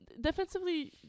defensively